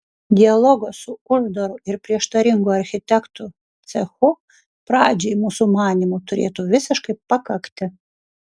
dialogo su uždaru ir prieštaringu architektų cechu pradžiai mūsų manymu turėtų visiškai pakakti